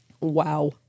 Wow